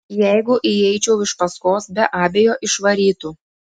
jeigu įeičiau iš paskos be abejo išvarytų